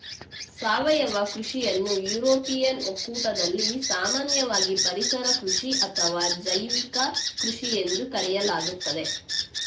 ಸಾವಯವ ಕೃಷಿಯನ್ನು ಯುರೋಪಿಯನ್ ಒಕ್ಕೂಟದಲ್ಲಿ ಸಾಮಾನ್ಯವಾಗಿ ಪರಿಸರ ಕೃಷಿ ಅಥವಾ ಜೈವಿಕ ಕೃಷಿಎಂದು ಕರೆಯಲಾಗುತ್ತದೆ